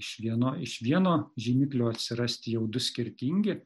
vieno iš vienožymiklio atsirasti jau du skirtingi